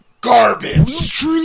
garbage